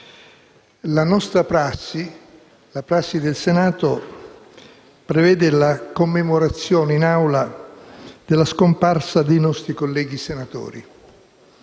Democratico. La prassi del Senato prevede la commemorazione in Aula della scomparsa dei nostri colleghi senatori